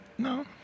No